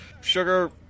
sugar